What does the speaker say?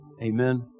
Amen